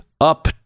up